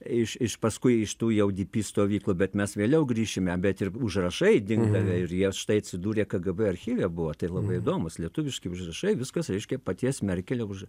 iš iš paskui iš tų jau di pi stovyklų bet mes vėliau grįšime bet ir užrašai dingdavę ir jie štai atsidūrę kgb archyve buvo tai labai įdomus lietuviški užrašai viskas reiškia paties merkelio už